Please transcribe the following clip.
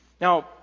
Now